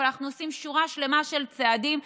אבל אנחנו עושים שורה שלמה של צעדים.